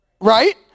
right